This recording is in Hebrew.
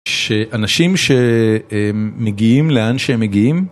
שאנשים שהם מגיעים לאן שהם מגיעים